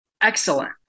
Excellent